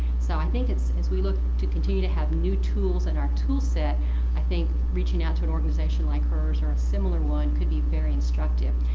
so i think as we look to continue to have new tools in our tool set i think reaching out to an organization like hers or similar one could be very instructive.